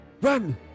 Run